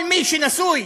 כל מי שנשוי